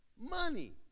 money